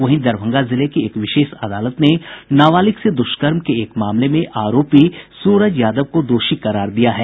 वहीं दरभंगा जिले की एक विशेष अदालत ने नाबालिग से दुष्कर्म के एक मामले में आरोपी सूरज यादव को दोषी करार दिया है